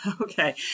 Okay